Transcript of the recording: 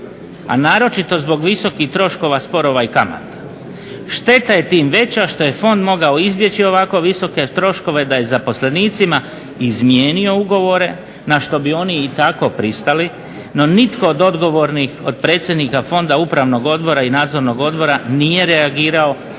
a naročito zbog visokih troškova sporova i kamata. Šteta je tim veća što je fond mogao izbjeći ovako visoke troškove da je zaposlenicima izmijenio ugovore na što bi oni i tako pristali. No, nitko od odgovornih od predsjednika Fonda upravnog odbora i nadzornog odbora nije reagirao.